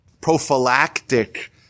prophylactic